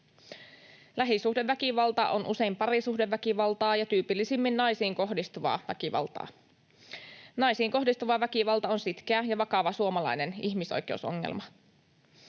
Lähisuhdeväkivalta on usein parisuhdeväkivaltaa ja tyypillisimmin naisiin kohdistuvaa väkivaltaa. Naisiin kohdistuva väkivalta on sitkeä ja vakava suomalainen ihmisoikeusongelma.